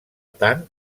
tant